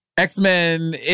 X-Men